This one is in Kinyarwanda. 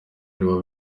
aribo